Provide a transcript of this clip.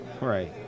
Right